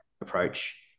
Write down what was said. approach